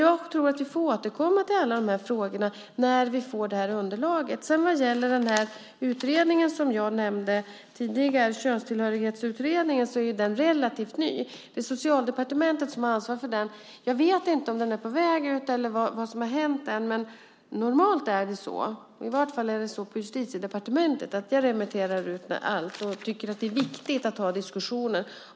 Jag tror att vi får återkomma till alla dessa frågor när vi får underlaget. Den utredning jag nämnde, Könstillhörighetsutredningen, är relativt ny. Det är Socialdepartementet som ansvarar för den. Jag vet inte om den är på väg ut på remiss eller vad som har hänt. Normalt är det så, i vart fall på Justitiedepartementet, att vi remitterar ut allt och tycker att det är viktigt att ha diskussioner.